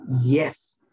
yes